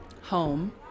Home